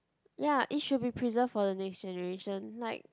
ya it should be preserved for the next generation like